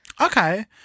Okay